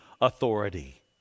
authority